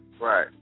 Right